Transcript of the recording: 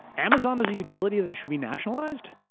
amazon is a utility that should be nationalized?